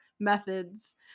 Methods